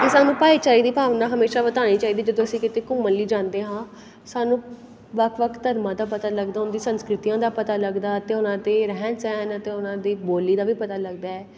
ਕਿ ਸਾਨੂੰ ਭਾਈਚਾਰੇ ਦੀ ਭਾਵਨਾ ਹਮੇਸ਼ਾ ਵਧਾਉਣੀ ਚਾਹੀਦੀ ਜਦੋਂ ਅਸੀਂ ਕਿਤੇ ਘੁੰਮਣ ਲਈ ਜਾਂਦੇ ਹਾਂ ਸਾਨੂੰ ਵੱਖ ਵੱਖ ਧਰਮਾਂ ਦਾ ਪਤਾ ਲੱਗਦਾ ਉਹਨਾਂ ਦੀ ਸੰਸਕ੍ਰਿਤੀਆਂ ਦਾ ਪਤਾ ਲੱਗਦਾ ਅਤੇ ਉਹਨਾਂ ਦੇ ਰਹਿਣ ਸਹਿਣ ਅਤੇ ਉਹਨਾਂ ਦੀ ਬੋਲੀ ਦਾ ਵੀ ਪਤਾ ਲੱਗਦਾ ਹੈ